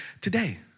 today